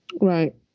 right